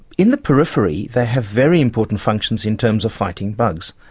in the periphery they have very important functions in terms of fighting bugs,